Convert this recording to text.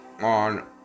On